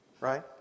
Right